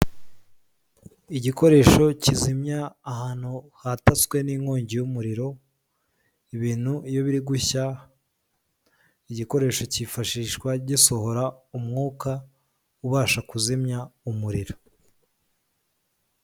Igikoresho kizimya ahantu hataswe n'inkongi y'umuriro, ibintu iyo biri gushya, igikoresho cyifashishwa gisohora umwuka ubasha kuzimya umuriro.